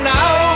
now